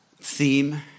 theme